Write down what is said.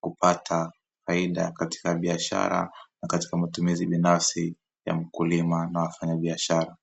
kupata faida katika biashara katika matumizi binafsi ya mkulima na wafanyabiashara.